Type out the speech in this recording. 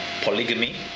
polygamy